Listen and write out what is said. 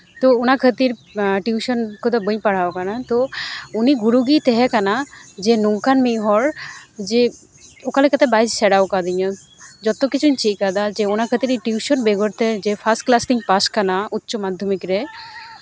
ᱛᱚ ᱚᱱᱟ ᱠᱷᱟᱹᱛᱤᱨ ᱴᱤᱭᱩᱥᱚᱱ ᱠᱚᱫᱚ ᱵᱟᱹᱧ ᱯᱟᱲᱦᱟᱣ ᱠᱟᱱᱟ ᱛᱚ ᱩᱱᱤ ᱜᱩᱨᱩ ᱜᱮᱭ ᱛᱟᱦᱮᱸᱠᱟᱱᱟ ᱡᱮ ᱱᱚᱝᱠᱟᱱ ᱢᱤᱫ ᱦᱚᱲ ᱡᱮ ᱚᱠᱟᱞᱮᱠᱟᱛᱮ ᱵᱟᱭ ᱥᱮᱬᱟᱣ ᱠᱟᱹᱫᱤᱧᱟ ᱡᱚᱛᱚ ᱠᱤᱪᱷᱩᱧ ᱪᱮᱫ ᱠᱟᱫᱟ ᱡᱮ ᱚᱱᱟ ᱠᱷᱟᱹᱛᱤᱨ ᱴᱤᱭᱩᱥᱚᱱ ᱵᱮᱜᱚᱨᱛᱮ ᱡᱮ ᱯᱷᱟᱥ ᱠᱞᱟᱥᱛᱤᱧ ᱯᱟᱥ ᱠᱟᱱᱟ ᱩᱪᱪᱚ ᱢᱟᱫᱽᱫᱷᱚᱢᱤᱠ ᱨᱮ